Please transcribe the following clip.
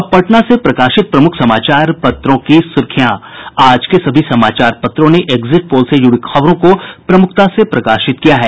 अब पटना से प्रकाशित प्रमुख समाचार पत्रों की सुर्खियां आज के सभी समाचार पत्रों ने एक्जिट पोल से जुड़ी खबरों को प्रमुखता से प्रकाशित किया है